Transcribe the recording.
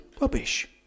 rubbish